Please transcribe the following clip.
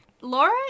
Laura